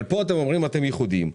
אבל אתם אומרים שאתם ייחודיים,